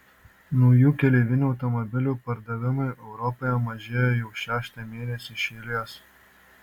naujų keleivinių automobilių pardavimai europoje mažėja jau šeštą mėnesį ši eilės